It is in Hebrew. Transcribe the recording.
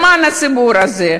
למען הציבור הזה,